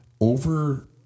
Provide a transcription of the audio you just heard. over